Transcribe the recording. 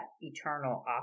eternal